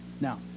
now